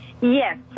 Yes